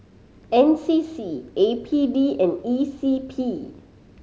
N C C A P D and E C P